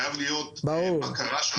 חייב להיות בקרה של המעסיק על התכנית.